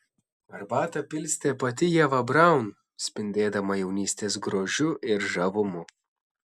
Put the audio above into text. arbatą pilstė pati ieva braun spindėdama jaunystės grožiu ir žavumu